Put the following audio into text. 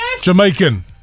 Jamaican